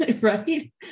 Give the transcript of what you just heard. Right